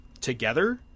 together